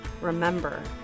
Remember